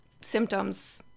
symptoms